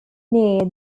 near